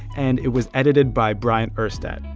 and it was edited by bryant urstadt.